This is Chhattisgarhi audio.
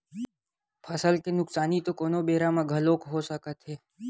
फसल के नुकसानी तो कोनो बेरा म घलोक हो सकत हे